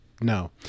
No